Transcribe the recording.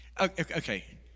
Okay